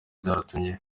byaratumye